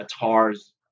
Atar's